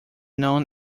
known